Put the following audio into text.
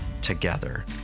together